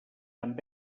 amb